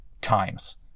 times